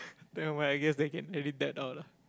never mind I guess they can edit that out lah